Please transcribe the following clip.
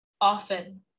often